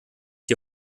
die